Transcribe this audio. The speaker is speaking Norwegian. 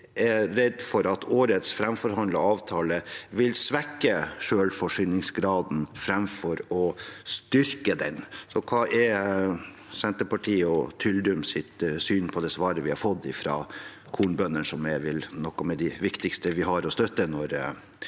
de er redd for at årets framforhandlede avtale vil svekke selvforsyningsgraden framfor å styrke den. Hva er Senterpartiet og Tyldums syn på det svaret vi har fått fra kornbøndene, som er noen av dem det er viktigst å støtte når